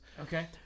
Okay